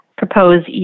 Propose